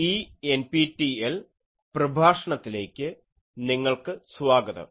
ഈ എൻപിടിഎൽ പ്രഭാഷണത്തിലേക്ക് നിങ്ങൾക്ക് സ്വാഗതം